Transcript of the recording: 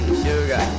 sugar